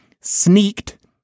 sneaked